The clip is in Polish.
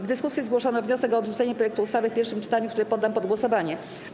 W dyskusji zgłoszono wniosek o odrzucenie projektu ustawy w pierwszym czytaniu, który poddam pod głosowanie.